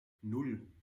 nan